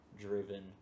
driven